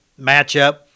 matchup